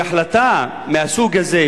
שהחלטה מהסוג הזה,